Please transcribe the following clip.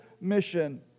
mission